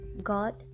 God